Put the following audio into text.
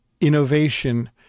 innovation